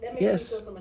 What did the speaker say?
Yes